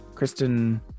Kristen